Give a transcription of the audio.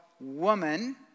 woman